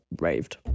raved